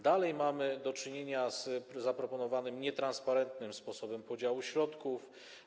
Dalej mamy do czynienia z zaproponowanym nietransparentnym sposobem podziału środków.